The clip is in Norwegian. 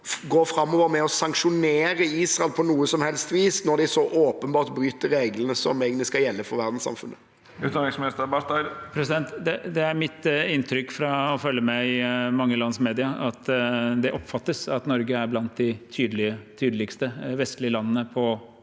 gå framover med å sanksjonere Israel på noe som helst vis, når de så åpenbart bryter reglene som egentlig skal gjelde for verdenssamfunnet? Utenriksminister Espen Barth Eide Det er mitt inntrykk fra å følge med i mange lands medier at det oppfattes at Norge er blant de tydeligste vestlige landene i